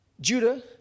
Judah